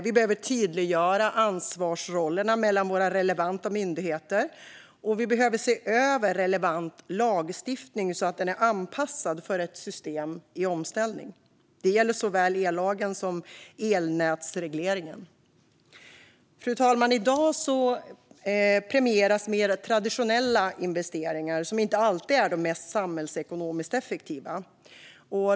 Vi behöver tydliggöra ansvarsrollerna mellan våra relevanta myndigheter, och vi behöver se över relevant lagstiftning så att den är anpassad till ett system i omställning. Det gäller såväl ellagen som elnätsregleringen. Fru talman! I dag premieras mer traditionella investeringar, vilket inte alltid är det mest samhällsekonomiskt effektiva.